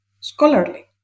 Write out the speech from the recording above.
scholarly